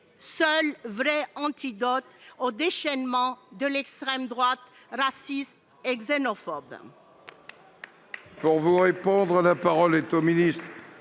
seul véritable antidote au déchaînement de l'extrême droite raciste et xénophobe.